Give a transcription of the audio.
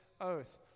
oath